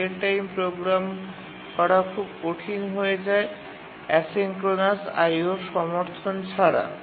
real time program করা খুব কঠিন হয়ে যায় অ্যাসিঙ্ক্রোনাস IO সমর্থন ছাড়া